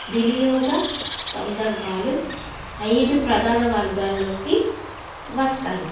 వినియోగ సందర్భాలు ఐదు ప్రధాన వర్గాలలోకి వస్తాయి